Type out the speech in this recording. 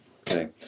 okay